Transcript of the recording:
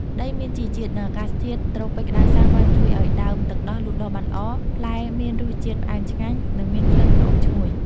ដីមានជីជាតិ និងអាកាសធាតុត្រូពិចក្តៅសើមបានជួយឲ្យដើមទឹកដោះលូតលាស់ល្អ ផ្លែមានរសជាតិផ្អែមឆ្ងាញ់ និងមានក្លិនក្រអូបឈ្ងុយ។